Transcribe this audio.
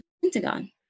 Pentagon